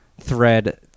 thread